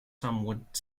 somewhat